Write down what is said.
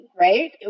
Right